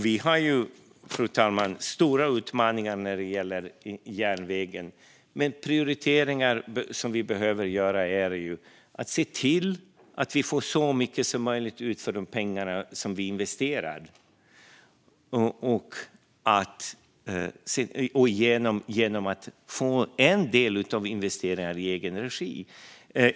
Vi har ju stora utmaningar när det gäller järnvägen, men det vi behöver prioritera är att se till att vi får så mycket som möjligt för de pengar som vi investerar genom att en del av investeringarna ska ske i egen regi.